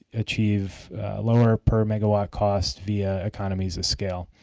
achieve lower per mega watt cost via economies of scale.